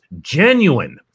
genuine